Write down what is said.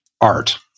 art